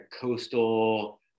coastal